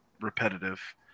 repetitive